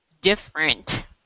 different